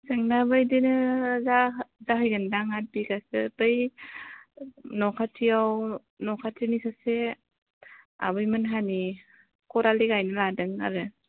जोंनाबो इदिनो जाहा जाहैगोन दां आठ बिगासो बै न' खाथियाव न' खाथिनि सासे आबै मोनहानि करालि गायनो लादों आरो